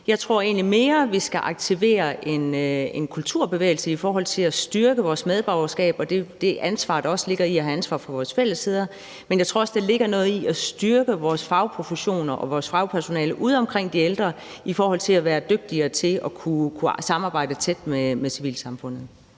Jeg tror egentlig mere, at vi skal aktivere en kulturbevægelse i forhold til at styrke vores medborgerskab og det ansvar, vi også har for vores fællesskab. Men jeg tror også, at der ligger noget i at styrke vores fagprofessioner og vores fagpersonale ude omkring de ældre i forhold til at være dygtigere til at kunne samarbejde tæt med civilsamfundet.